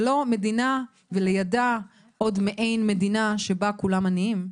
ולא מדינה ולידה עוד מעין מדינה שבה כולם עניים.